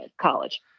college